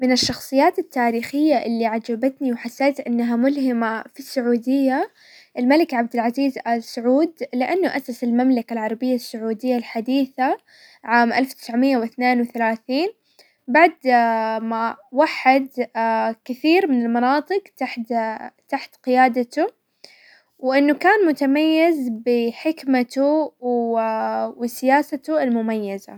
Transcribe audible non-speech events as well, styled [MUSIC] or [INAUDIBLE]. من الشخصيات التاريخية اللي عجبتني وحسيت انها ملهمة في السعودية، الملك عبد العزيز ال سعود، لانه اسس المملكة العربية السعودية الحديثة عام الف وتسع مئة واثنين وثلاثين، بعد [HESITATION] ما وحد [HESITATION] كثير من المناطق تحت-تحت قيادته، وانه كان متميز بحكمته وسياسته المميزة.